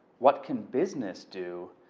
what can business do?